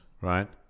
right